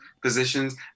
positions